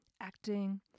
acting